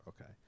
okay